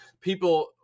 people